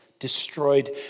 Destroyed